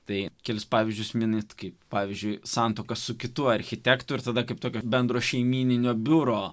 tai kelis pavyzdžius mini kaip pavyzdžiui santuoką su kitu architektu ir tada kaip tokio bendro šeimyninio biuro